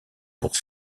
pour